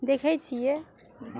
देखै छियै